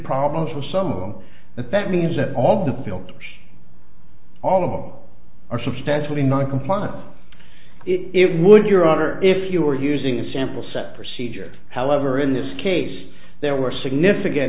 problems for some of them that that means that all the filters all of them are substantially noncompliance it would your honor if you were using a sample set procedure however in this case there were significant